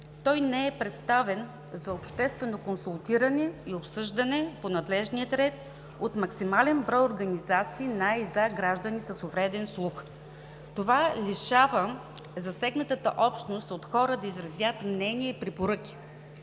той не е представен за обществено консултиране и обсъждане по надлежния ред от максимален брой организации на и за граждани с увреден слух. Това лишава засегнатата общност от хора да изразят мнение и препоръки,